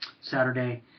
Saturday